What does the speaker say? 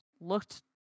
Looked